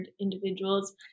individuals